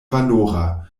valora